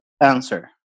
answer